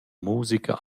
musica